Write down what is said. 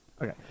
okay